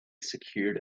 secured